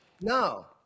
No